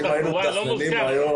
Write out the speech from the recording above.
ואם היינו מתכננים היום